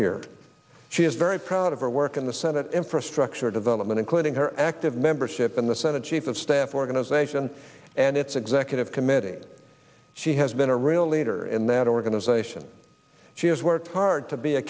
here she is very proud of her work in the senate infrastructure development in her active membership in the senate chief of staff organization and its executive committee she has been a real leader in that organization she has worked hard to be a